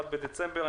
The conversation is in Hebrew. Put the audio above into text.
היום 21 בדצמבר.